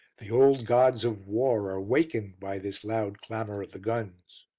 the old gods of war are wakened by this loud clamour of the guns.